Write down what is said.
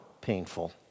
painful